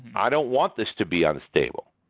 i don't want this to be unstable.